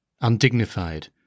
undignified